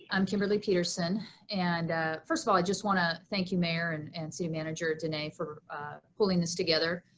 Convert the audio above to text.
i'm kimberly peterson and first of all, i just wanna thank you mayor and and city manager today for pulling this together.